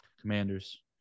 Commanders